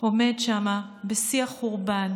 עומד שם בשיא החורבן